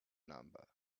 number